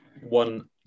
one